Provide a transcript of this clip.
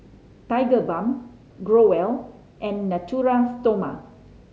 Tigerbalm Growell and Natura Stoma